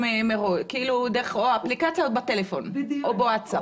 דרך אפליקציה, בטלפון או בווטסאפ.